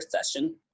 session